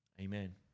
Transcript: Amen